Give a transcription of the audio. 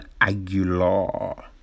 Aguilar